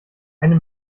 eine